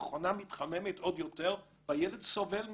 המכונה מתחממת עוד יותר והילד סובל מזה.